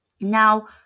Now